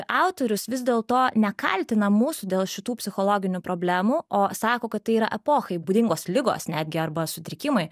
autorius vis dėl to nekaltina mūsų dėl šitų psichologinių problemų o sako kad tai yra epochai būdingos ligos netgi arba sutrikimai